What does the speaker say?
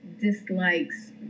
dislikes